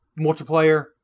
multiplayer